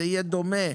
לא.